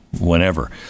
whenever